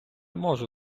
можу